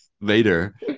later